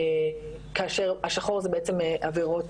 כאשר השחור זה בעצם עבירות.